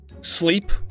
sleep